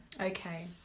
Okay